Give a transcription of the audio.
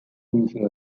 usual